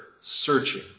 searching